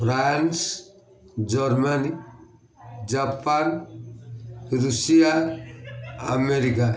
France Germany Japan Russia America